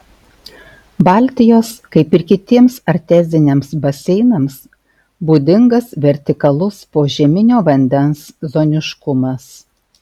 baltijos kaip ir kitiems arteziniams baseinams būdingas vertikalus požeminio vandens zoniškumas